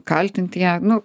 kaltint ją nu